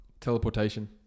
Teleportation